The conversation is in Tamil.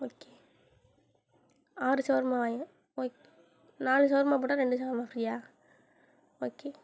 ஓகே ஆறு ஷவர்மாவாய் ஓக் நாலு ஷவர்மா போட்டால் ரெண்டு ஷவர்மா ஃப்ரீயா ஓகே